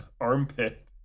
armpit